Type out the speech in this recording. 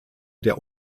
der